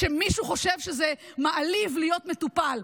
שמישהו חושב שזה מעליב להיות מטופל.